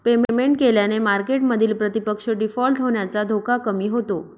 payment केल्याने मार्केटमधील प्रतिपक्ष डिफॉल्ट होण्याचा धोका कमी होतो